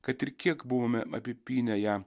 kad ir kiek buvome apipynę ją